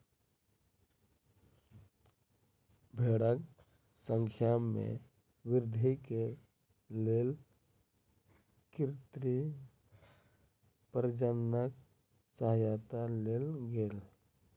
भेड़क संख्या में वृद्धि के लेल कृत्रिम प्रजननक सहयता लेल गेल